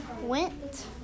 went